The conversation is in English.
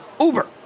Uber